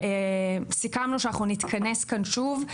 וסיכמנו שאנחנו נתכנס כאן שוב,